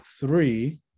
three